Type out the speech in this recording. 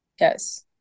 Yes